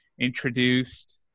introduced